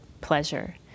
pleasure